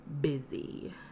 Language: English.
busy